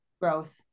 growth